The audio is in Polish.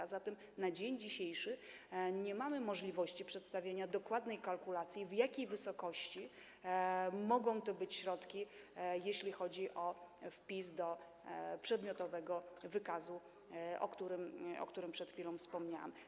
A zatem dzisiaj nie mamy możliwości przedstawienia dokładnej kalkulacji, w jakiej wysokości mogą to być środki, jeśli chodzi o wpis do przedmiotowego wykazu, o którym przed chwilą wspomniałam.